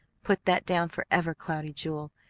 put that down forever, cloudy jewel.